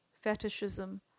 fetishism